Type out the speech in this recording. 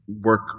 work